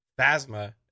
Phasma